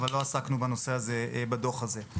אבל לא עסקנו בנושא הזה בדוח הזה.